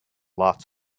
lots